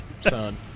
son